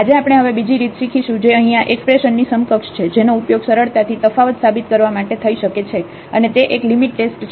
આજે આપણે હવે બીજી રીત શીખીશું જે અહીં આ એક્સપ્રેશનની સમકક્ષ છે જેનો ઉપયોગ સરળતાથી તફાવત સાબિત કરવા માટે થઈ શકે છે અને તે એક લિમિટ ટેસ્ટ છે